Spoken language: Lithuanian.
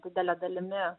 didele dalimi